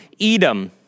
Edom